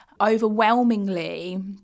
Overwhelmingly